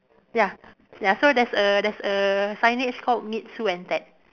ya ya so there's a there's a signage called meet Sue and Ted